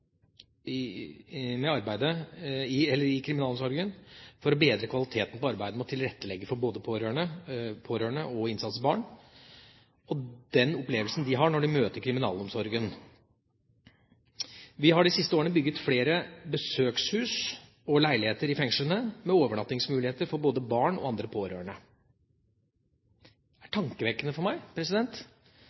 i kriminalomsorgen for å bedre kvaliteten på arbeidet med å tilrettelegge for både pårørende og innsattes barn, og den opplevelsen de har når de møter kriminalomsorgen. Vi har de siste årene bygget flere besøkshus og leiligheter i fengslene, med overnattingsmuligheter for både barn og andre pårørende. Det er tankevekkende